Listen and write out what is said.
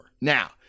Now